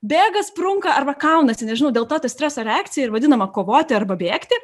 bėga sprunka arba kaunasi nežinau dėl to ta streso reakcija ir vadinama kovoti arba bėgti